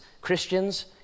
Christians